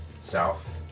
South